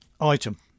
Item